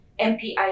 mpi